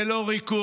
זה לא ריכוך,